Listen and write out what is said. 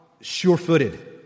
sure-footed